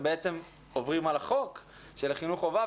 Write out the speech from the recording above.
אז בעצם עוברים על החוק של החינוך חובה,